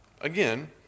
again